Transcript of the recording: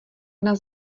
nás